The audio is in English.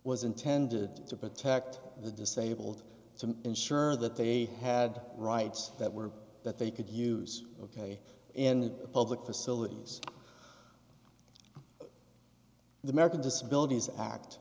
was intended to protect the disabled to ensure that they had rights that were that they could use of k in public facilities the american disabilities act